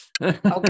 Okay